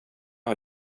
har